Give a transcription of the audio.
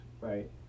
right